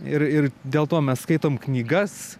ir ir dėl to mes skaitom knygas